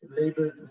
labeled